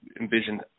envision